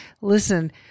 listen